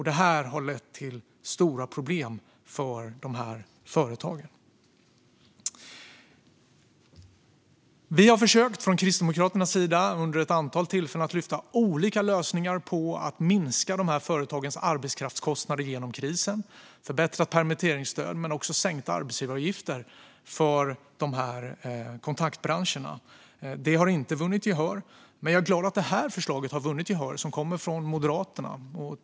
Detta har lett till stora problem för de här företagen. Vi har från Kristdemokraternas sida vid ett antal tillfällen försökt att lyfta fram olika lösningar för att minska de här företagens arbetskraftskostnader genom krisen i form av förbättrat permitteringsstöd men också genom sänkta arbetsgivaravgifter för kontaktbranscherna. Det har inte vunnit gehör, men jag är glad att det här förslaget, som kommer från Moderaterna, har vunnit gehör.